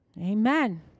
Amen